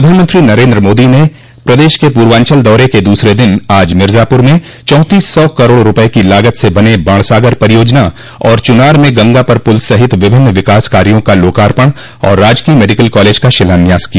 प्रधानमंत्री नरेन्द्र मोदी ने प्रदेश के पूर्वांचल दौर के दूसरे दिन आज मिर्जापुर में चौतीस सौ करोड़ रूपये की लागत से बने बाणसागर परियोजना और चुनार में गंगा पर पुल सहित विभिन्न विकास कार्यो का लोकार्पण और राजकीय मेडिकल कॉलेज का शिलान्यास किया